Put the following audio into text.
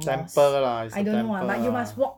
temple lah it's a temple lah